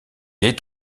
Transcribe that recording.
est